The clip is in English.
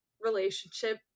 relationship